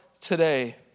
today